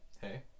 hey